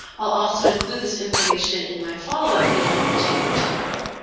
i'll also include this information in my follow-up email to you tomorrow.